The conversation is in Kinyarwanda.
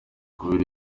kubera